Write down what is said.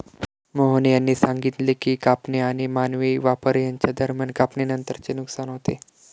मोहन यांनी सांगितले की कापणी आणि मानवी वापर यांच्या दरम्यान कापणीनंतरचे नुकसान होते